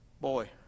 boy